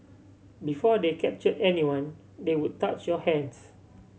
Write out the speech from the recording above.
before they capture anyone they would touch your hands